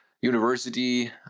university